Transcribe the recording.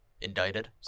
indicted